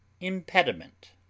impediment